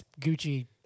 Gucci